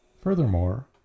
Furthermore